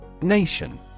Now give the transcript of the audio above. Nation